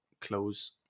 close